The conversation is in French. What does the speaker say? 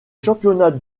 championnat